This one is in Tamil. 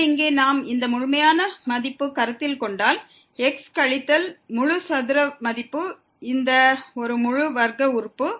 எனவே இங்கே நாம் இந்த முழுமையான மதிப்பு கருத்தில் கொண்டால் x கழித்தல் முழு சதுர மதிப்பு இந்த ஒரு முழு வர்க்க உறுப்பு